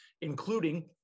including